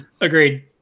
Agreed